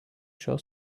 šio